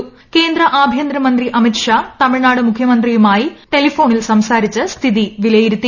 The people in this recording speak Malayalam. പൂ കേന്ദ്ര ആഭ്യന്തരമന്ത്രി അമിത്ഷാ തമിഴ്നാട് മുഖ്യമന്ത്രിയ്യുമാ്യി ടെലിഫോണിൽ സംസാരിച്ച് സ്ഥിതി വിലയിരുത്തി